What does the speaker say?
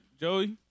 Joey